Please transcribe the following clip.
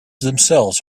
themselves